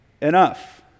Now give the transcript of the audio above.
enough